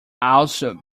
also